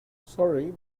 sorry